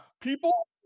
people